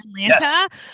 Atlanta